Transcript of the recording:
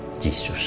Jesus